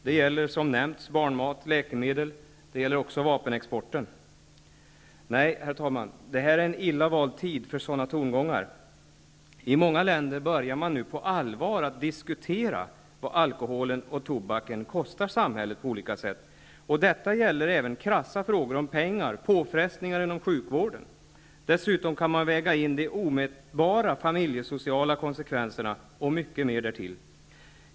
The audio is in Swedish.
Det gäller, som nämnts, barnmat, läkemedel och vapenexporten. Nej, herr talman, detta är en illa vald tid för sådana tongångar. I många länder börjar man nu på allvar att diskutera vad alkoholen och tobaken kostar samhället på olika sätt. Detta gäller även krassa frågor om pengar och påfrestningar inom sjukvården. Dessutom kan man väga in de omätbara familjesociala konsekvenserna och mycket mera därtill.